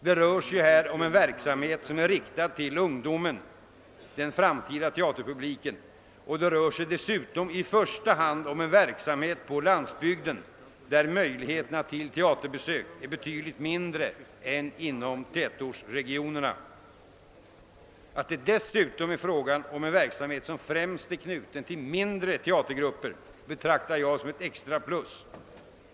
Det rör sig ju här om en verksamhet som är riktad till ungdomen — den framtida teaterpubliken — och det rör sig dessutom i första hand om en verksamhet på landsbygden, där möjligheterna till teaterbesök är betydligt mindre än inom tätortsregionerna. Att det dessutom är fråga om en verksamhet som främst är knuten till mindre teatergrupper betraktar jag som ett extra plus.